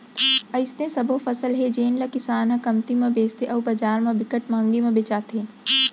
अइसने सबो फसल हे जेन ल किसान ह कमती म बेचथे अउ बजार म बिकट मंहगी म बेचाथे